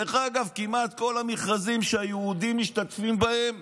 דרך אגב, כמעט מכל המכרזים שהיהודים משתתפים בהם,